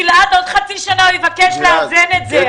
עוד חצי שנה הוא יבקש לאזן את זה.